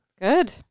Good